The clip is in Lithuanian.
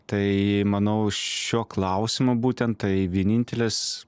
tai manau šiuo klausimu būtent tai vienintelis